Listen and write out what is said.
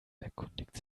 erkundigt